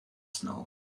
snow